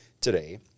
today